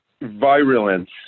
virulence